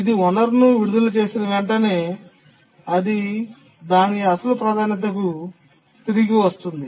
ఇది వనరును విడుదల చేసిన వెంటనే అది దాని అసలు ప్రాధాన్యతకు తిరిగి వస్తుంది